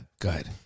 good